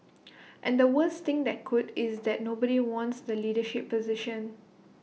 and the worst thing that could is that nobody wants the leadership position